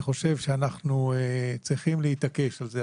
אני חושב שאנחנו צריכים להתעקש על זה,